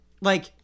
Like-